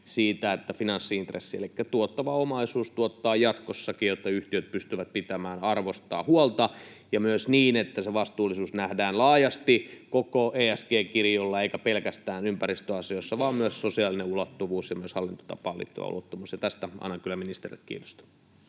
finanssi-intressistä, elikkä tuottava omaisuus tuottaa jatkossakin, jotta yhtiöt pystyvät pitämään arvostaan huolta, ja myös niin, että se vastuullisuus nähdään laajasti koko ESG-kirjolla eikä pelkästään ympäristöasioissa vaan myös sosiaalisen ulottuvuuden ja hallintotapaan liittyvän ulottuvuuden kautta, ja tästä annan kyllä ministerille kiitosta.